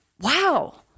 wow